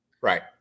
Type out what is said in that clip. Right